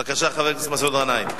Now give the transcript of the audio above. בבקשה, חבר הכנסת מסעוד גנאים.